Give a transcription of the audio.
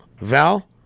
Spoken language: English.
Val